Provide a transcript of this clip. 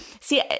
see